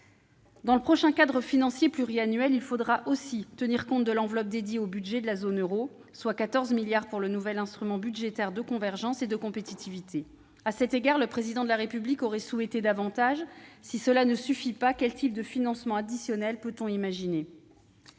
Dans le prochain cadre financier pluriannuel, il faudra aussi tenir compte de l'enveloppe dédiée au budget de la zone euro, soit 14 milliards d'euros pour le nouvel instrument budgétaire de convergence et de compétitivité. À cet égard, le Président de la République aurait souhaité davantage. Si cela ne suffit pas, quel type de financement additionnel peut-on imaginer ?